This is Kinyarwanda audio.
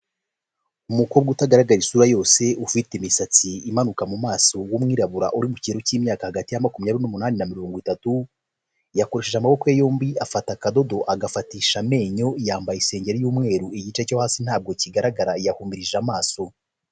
Umukobwa utagaragara isura yose ufite imisatsi imanuka mu maso w'umwirabura uri mu kigero k'imyaka hagati ya makumyabiri n'umunani na mirongo itatu, yakoresheje amaboko ye yombi afata akadodo agafatisha amenyo, yambaye isengeri y'umweru, igice cyo hasi ntabwo kigaragara yahumirije amaso.